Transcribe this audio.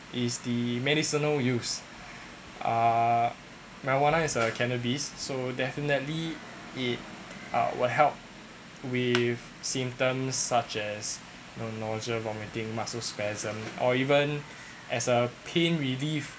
is the medicinal use uh marijuana as a cannabis so definitely it uh will help with symptoms such as nausea vomiting muscle spasm or even as a pain relief